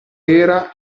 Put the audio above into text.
era